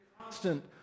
constant